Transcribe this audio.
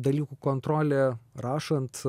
dalykų kontrolė rašant